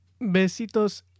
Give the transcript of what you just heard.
Besitos